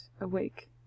awake